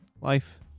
life